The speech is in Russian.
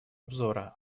обзора